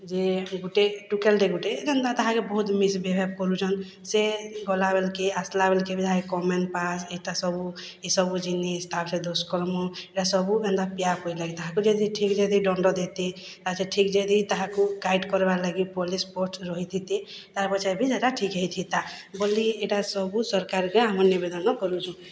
ଯେ ଗୁଟେ ଟୁକେଲ୍ଟେ ଗୁଟେ ଯେନ୍ତା ତାହାକେ ବହୁତ୍ ମିସ୍ବିହେବ୍ କରୁଛନ୍ ସେ ଗଲାବେଲ୍କେ ଆସ୍ଲା ବେଲ୍କେ ବି ତାହାକେ କମେଣ୍ଟ୍ ପାସ୍ ଇଟା ସବୁ ଇସବୁ ଜିନିଷ୍ ତାପରେ ଦୁଷ୍କର୍ମ ଇଟା ସବୁ ଏନ୍ତା ପିଆ ପୁଇ ଲାଗି ତାହାକୁ ଯଦି ଠିକ୍ ଯଦି ଦଣ୍ଡ ଦେତେ ଆଜି ଠିକ୍ ଯଦି ତାହାକୁ ଟାଇଟ୍ କର୍ବାର୍ ଲାଗି ପୋଲିସ୍ ଫୋର୍ସ୍ ରହିଥିତେ ତାର୍ପଛରେ ବି ସେଟା ଠିକ୍ ହେଇଥିତା ବଲି ଇଟା ସବୁ ସର୍କାର୍କେ ଆମର୍ ନିବେଦନ୍ କରୁଚୁଁ